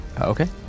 Okay